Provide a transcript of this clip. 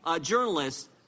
journalists